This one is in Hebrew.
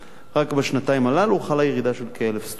רק בשנתיים הללו חלה ירידה של כ-1,000 סטודנטים.